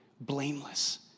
blameless